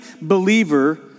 believer